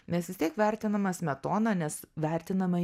mes vis tiek vertiname smetoną nes vertinama